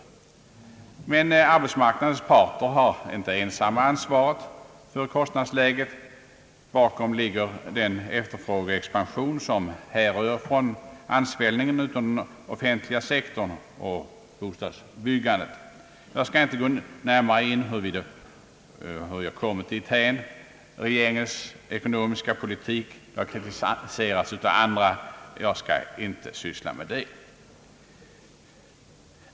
Men arbetsmarknadens parter har inte ensamma ansvaret för kostnadsläget. Bakom ligger den efterfrågeexpansion som härrör från ansvällningen inom den offentliga sektorn och bostadsbyggandet. Jag skall inte gå närmare in på hur jag kommit till denna uppfattning. Regeringens ekonomiska politik har kritiserats av andra. Jag skall inte syssla med den frågan.